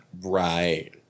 Right